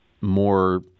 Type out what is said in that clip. more